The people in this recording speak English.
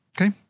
Okay